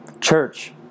Church